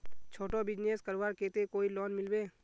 छोटो बिजनेस करवार केते कोई लोन मिलबे?